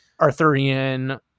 Arthurian